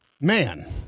Man